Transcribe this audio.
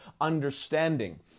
understanding